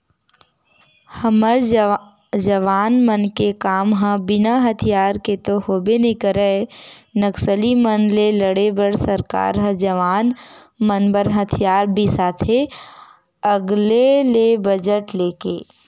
हमर जवान मन के काम ह बिना हथियार के तो होबे नइ करय नक्सली मन ले लड़े बर सरकार ह जवान मन बर हथियार बिसाथे अलगे ले बजट लेके